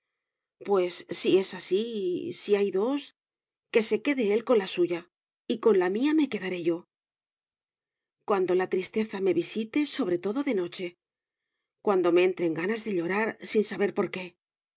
pues si es así si hay dos que se quede él con la suya y con la mía me quedaré yo cuando la tristeza me visite sobre todo de noche cuando me entren ganas de llorar sin saber por qué